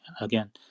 again